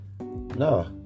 No